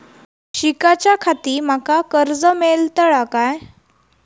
शिकाच्याखाती माका कर्ज मेलतळा काय?